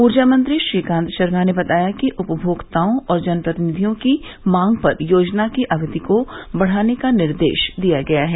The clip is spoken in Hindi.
ऊर्जा मंत्री श्रीकांत शर्मा ने बताया कि उपमोक्ताओं और जनप्रतिनिधियों की मांग पर योजना की अवधि को बढ़ाने का निर्देश दिया गया है